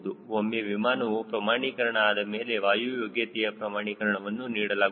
ಒಮ್ಮೆ ವಿಮಾನವು ಪ್ರಮಾಣೀಕರಣ ಆದಮೇಲೆ ವಾಯು ಯೋಗ್ಯತೆಯ ಪ್ರಮಾಣೀಕರಣವನ್ನು ನೀಡಲಾಗುತ್ತದೆ